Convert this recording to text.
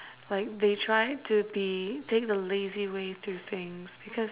like they tried to be take the lazy way to things because